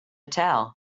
tell